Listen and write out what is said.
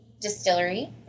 distillery